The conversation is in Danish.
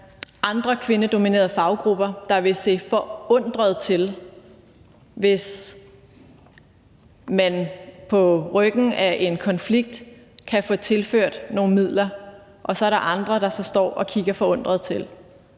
andre kvindedominerede faggrupper, der vil se forundret til, hvis man på ryggen af en konflikt kan få tilført nogle midler – så er der andre, der står og kigger forundret til.